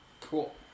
Cool